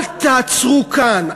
אל תעצרו כאן.